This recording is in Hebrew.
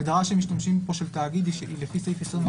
ההגדרה של משתמשים של תאגיד - מדובר